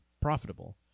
profitable